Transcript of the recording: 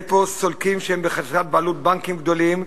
יש פה סולקים שהם בחזקת בעלות בנקים גדולים,